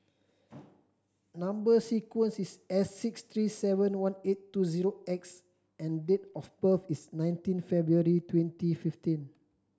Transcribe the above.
number sequence is S six three seven one eight two zero X and date of birth is nineteen February twenty fifteen